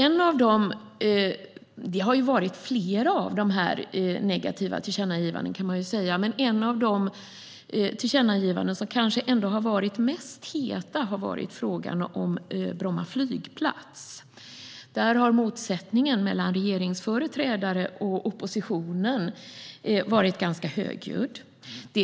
Det har varit flera negativa tillkännagivanden. Ett av de mest heta har gällt frågan om Bromma flygplats. Motsättningen mellan regeringsföreträdarna och oppositionen har varit ganska högljudd i frågan.